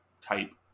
type